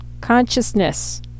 consciousness